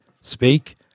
speak